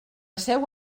seu